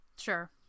sure